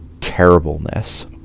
terribleness